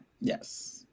Yes